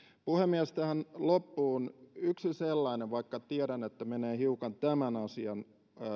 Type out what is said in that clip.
puhemies tähän loppuun yksi sellainen vaikka tiedän että menee hiukan tämän asian